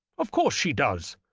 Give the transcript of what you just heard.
of course she does.